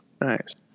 Nice